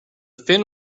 fin